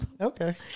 Okay